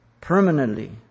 permanently